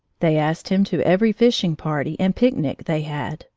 they asked him to every fishing-party and picnic they had,